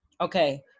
Okay